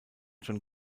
schon